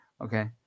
Okay